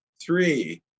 Three